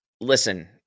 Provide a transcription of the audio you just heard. listen